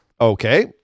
Okay